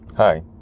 Hi